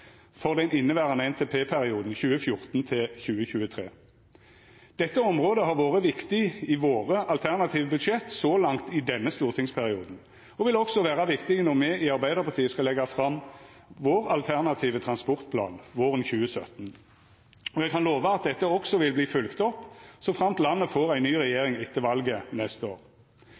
for den inneverande NTP-perioden 2014–2023. Dette området har vore viktig i dei alternative budsjetta våre så langt i denne stortingsperioden, og vil også vera viktig når me i Arbeidarpartiet skal leggja fram den alternative transportplanen vår våren 2017. Eg kan lova at dette også vil verta følgt opp såframt landet får ei ny regjering etter valet neste år.